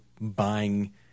buying